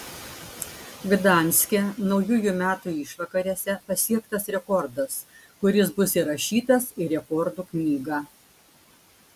gdanske naujųjų metų išvakarėse pasiektas rekordas kuris bus įrašytas į rekordų knygą